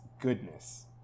goodness